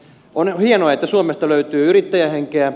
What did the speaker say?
on hienoa että suomesta löytyy yrittäjähenkeä